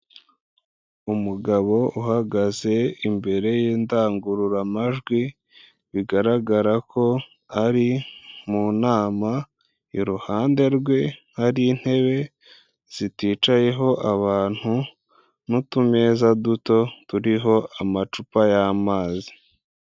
Umugabo uhagaze imbere y'indangururamajwi bigaragara ko ari mu nama, iruhande rwe hari intebe ziticayeho abantu n'utumeza duto turiho amacupa y'amazi.